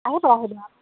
আহি